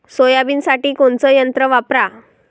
सोयाबीनसाठी कोनचं यंत्र वापरा?